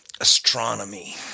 astronomy